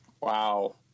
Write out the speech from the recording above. Wow